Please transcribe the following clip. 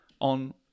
on